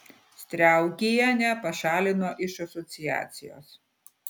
striaukienę pašalino iš asociacijos